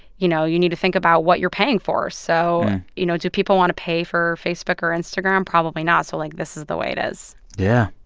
you know, you need to think about what you're paying for. so, you know, do people want to pay for facebook or instagram? probably not, so, like, this is the way it is yeah.